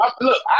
Look